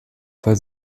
fall